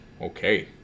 okay